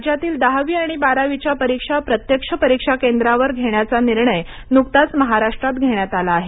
राज्यातील दहावी आणि बारावीच्या परीक्षा प्रत्यक्ष परीक्षा केंद्रावर घेण्याचा निर्णय न्कताच महाराष्ट्रात घेण्यात आला आहे